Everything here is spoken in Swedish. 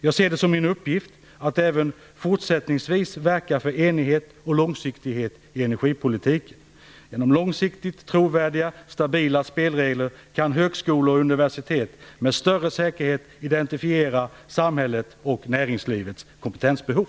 Jag ser det som min uppgift att även fortsättningsvis verka för enighet och lånsiktighet i energipolitiken. Genom långsiktigt trovärdiga och stabila spelregler kan högskolor och universitet med större säkerhet identifiera samhällets och näringslivets kompetensbehov.